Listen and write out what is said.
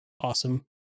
Awesome